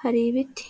hari ibiti.